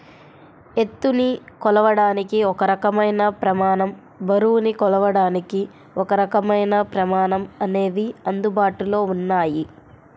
ఎత్తుని కొలవడానికి ఒక రకమైన ప్రమాణం, బరువుని కొలవడానికి ఒకరకమైన ప్రమాణం అనేవి అందుబాటులో ఉన్నాయి